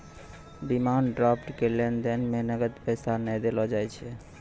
demand draft के लेन देन मे नगद पैसा नै देलो जाय छै